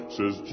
Says